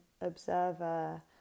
observer